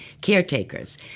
caretakers